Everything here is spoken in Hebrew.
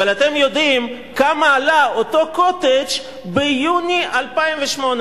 אבל, אתם יודעים כמה עלה אותו "קוטג'" ביוני 2008?